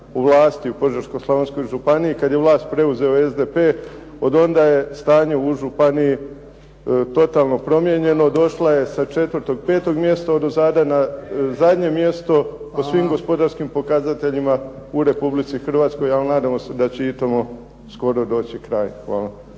u vlasti u Požeško-slavonskoj županiji kada je vlast preuzeo SDP od onda je stanje u županiji totalno promijenjeno. Došla je sa 4., 5. mjesta odozada na zadnje mjesto po svim gospodarskim pokazateljima u Republici Hrvatskoj, ali nadamo se da će i tomu skoro doći kraj. Hvala.